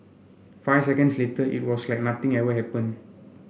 five seconds later it was like nothing ever happen